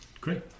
Great